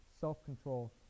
self-control